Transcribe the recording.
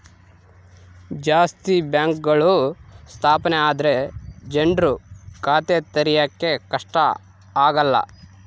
ಜಾಸ್ತಿ ಬ್ಯಾಂಕ್ಗಳು ಸ್ಥಾಪನೆ ಆದ್ರೆ ಜನ್ರು ಖಾತೆ ತೆರಿಯಕ್ಕೆ ಕಷ್ಟ ಆಗಲ್ಲ